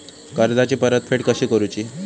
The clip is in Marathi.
कर्जाची परतफेड कशी करूची?